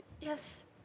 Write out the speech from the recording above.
yes